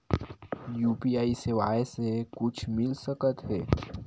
UPI सेवाएं से कुछु मिल सकत हे?